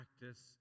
practice